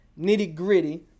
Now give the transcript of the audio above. nitty-gritty